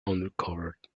uncovered